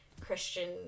Christian